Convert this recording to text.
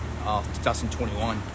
2021